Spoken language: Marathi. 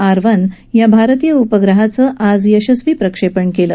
आर वन या भारतीय उपग्रहाचं आज यशस्वी प्रक्षेपण केलं